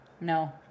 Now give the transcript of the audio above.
No